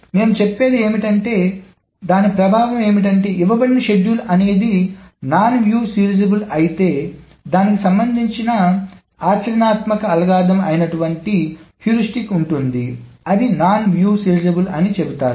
నేను చెప్పేది ఏమిటంటే దాని ప్రభావం ఏమిటంటే ఇవ్వబడిన షెడ్యూల్ అనేది నాన్ వ్యూ సీరియలైజబుల్ అయితే దానికి సంబంధించిన ఆచరణాత్మక అల్గోరిథం అయిన టువంటి హ్యూరిస్టిక్ ఉంటుంది అది నాన్ వ్యూ సీరియలైజబుల్ అని చెబుతారు